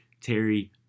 Terry